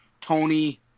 Tony